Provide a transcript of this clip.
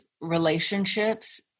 relationships